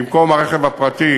במקום רכב פרטי,